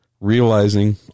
realizing